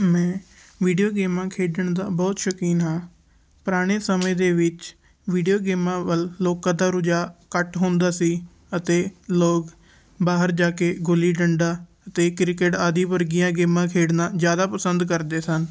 ਮੈਂ ਵੀਡੀਓ ਗੇਮਾਂ ਖੇਡਣ ਦਾ ਬਹੁਤ ਸ਼ੌਕੀਨ ਹਾਂ ਪੁਰਾਣੇ ਸਮੇਂ ਦੇ ਵਿੱਚ ਵੀਡੀਓ ਗੇਮਾਂ ਵੱਲ ਲੋਕਾਂ ਦਾ ਰੁਝਾਅ ਘੱਟ ਹੁੰਦਾ ਸੀ ਅਤੇ ਲੋਕ ਬਾਹਰ ਜਾ ਕੇ ਗੁੱਲੀ ਡੰਡਾ ਅਤੇ ਕ੍ਰਿਕਟ ਆਦਿ ਵਰਗੀਆਂ ਗੇਮਾਂ ਖੇਡਣਾ ਜ਼ਿਆਦਾ ਪਸੰਦ ਕਰਦੇ ਸਨ